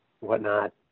whatnot